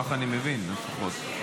כך אני מבין לפחות.